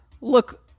look